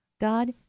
God